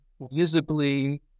visibly